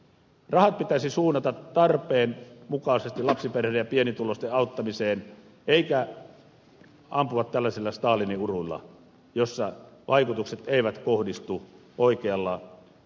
rahat pitäisi suunnata tarpeen mukaisesti lapsiperheiden ja pienituloisten auttamiseen eikä ampua tällaisilla stalinin uruilla joiden vaikutukset eivät kohdistu oikealla tavalla